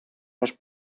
los